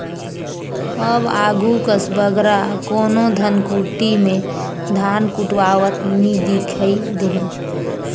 अब आघु कस बगरा कोनो धनकुट्टी में धान कुटवावत नी दिखई देहें